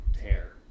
hair